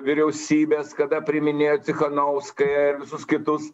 vyriausybės kada priiminėjo cichanauskają ir visus kitus